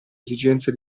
esigenze